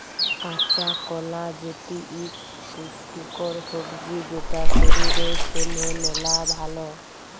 কাঁচা কলা যেটি ইক পুষ্টিকর সবজি যেটা শরীর জনহে মেলা ভাল